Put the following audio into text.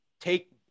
take